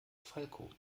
falco